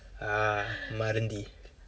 ah மறந்தி~:maranthi~)